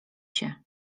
się